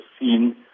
seen